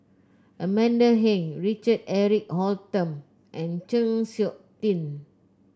Amanda Heng Richard Eric Holttum and Chng Seok Tin